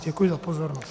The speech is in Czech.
Děkuji za pozornost.